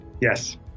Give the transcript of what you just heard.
Yes